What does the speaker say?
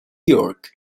york